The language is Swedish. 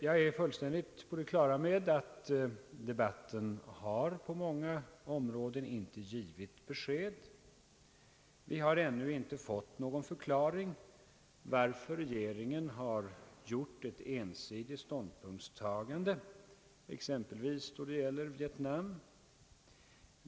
Jag är fullständigt på det klara med att debatten på många områden inte har givit besked. Vi har ännu inte fått någon Ang. Sveriges utrikesoch handelspolitik förklaring varför regeringen har gjort ett ensidigt ståndpunktstagande exempelvis då det gäller Vietnam.